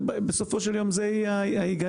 בסופו של יום זה יהיה ההיגיון,